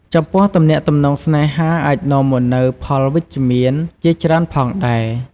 ចំពោះទំនាក់ទំនងស្នេហាអាចនាំមកនូវ ផលវិជ្ជមាន ជាច្រើនផងដែរ។